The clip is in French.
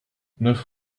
neuf